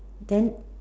then